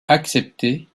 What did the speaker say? acceptées